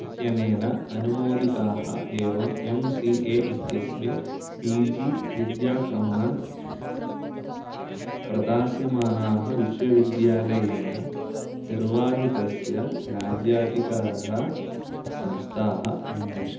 इत्यनेन अनुमोदिताः एवं एम् सी ए इत्यस्मिन् पी जी विद्याक्रमान् प्रदास्यमानाः विश्वविद्यालयेन निर्वाहितस्य राज्याधिकारः संस्थाः अन्विष